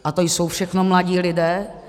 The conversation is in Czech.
A to jsou všechno mladí lidé.